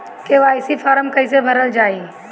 KYC form कइसे भरल जाइ?